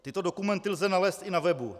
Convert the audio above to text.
Tyto dokumenty lze nalézt i na webu.